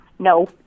No